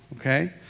okay